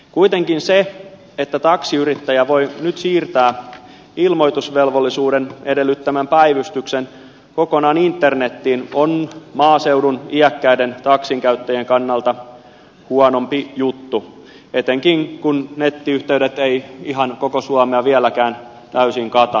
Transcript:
kuitenkin se että taksiyrittäjä voi nyt siirtää ilmoitusvelvollisuuden edellyttämän päivystyksen kokonaan internetiin on maaseudun iäkkäiden taksinkäyttäjien kannalta huonompi juttu etenkin kun nettiyhteydet eivät ihan koko suomea vieläkään täysin kata